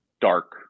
dark